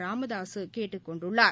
இராமாசு கேட்டுக் கொண்டுள்ளார்